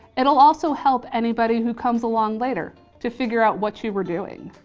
it'll also help anybody who comes along later to figure out what you were doing.